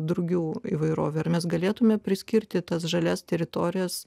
drugių įvairovę ar mes galėtumėme priskirti tas žalias teritorijas